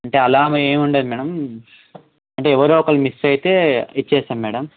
అంటే అలా ఏమి ఉండదు మేడమ్ అంటే ఎవరో ఒకరు మిస్ అయితే ఇస్తాం మేడమ్